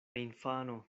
infano